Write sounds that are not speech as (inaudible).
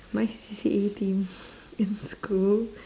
my C_C_A team (laughs) in school